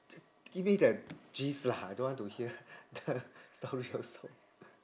give me the gist lah I don't want to hear the story also